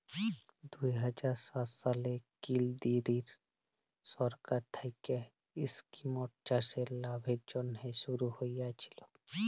দু হাজার সাত সালে কেলদিরিয় সরকার থ্যাইকে ইস্কিমট চাষের লাভের জ্যনহে শুরু হইয়েছিল